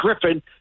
Griffin